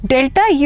Delta